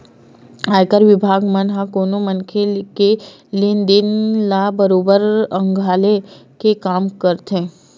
आयकर बिभाग मन ह कोनो मनखे के लेन देन ल बरोबर खंघाले के काम करथे